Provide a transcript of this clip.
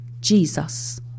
Jesus